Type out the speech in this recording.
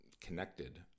connected